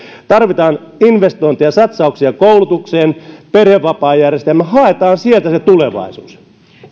tarvitaan investointeja satsauksia koulutukseen perhevapaajärjestelmä haetaan sieltä se tulevaisuus